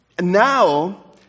now